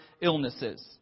illnesses